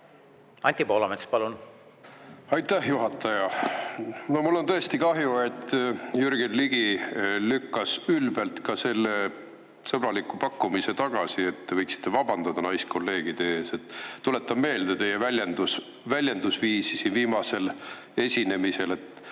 arvamusega. Aitäh, juhataja! Mul on tõesti kahju, et Jürgen Ligi lükkas ülbelt ka selle sõbraliku pakkumise tagasi. Võiksite vabandada naiskolleegide ees. Tuletan meelde teie väljendusviisi siin viimasel esinemisel,